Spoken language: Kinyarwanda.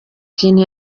kintu